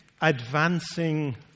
advancing